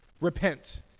Repent